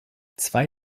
zwei